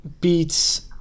beats